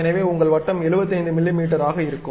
எனவே உங்கள் வட்டம் 75 மில்லிமீட்டராக இருக்கும்